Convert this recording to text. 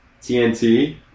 TNT